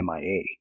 MIA